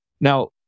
Now